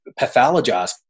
pathologize